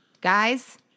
guys